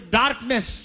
darkness